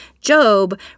Job